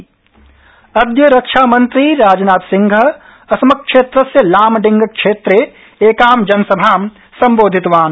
राजनाथसिंह जनसभा अद्य रक्षामन्त्री राजनाथ सिंह असम क्षेत्रस्य लामडिंग क्षेत्रे एकां जनसभां सम्बोधितवान्